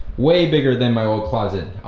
way bigger than my old closet.